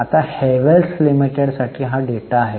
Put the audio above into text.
आता Havells limited साठी हा डेटा आहे